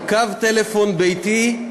קו טלפון ביתי,